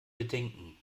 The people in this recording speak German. bedenken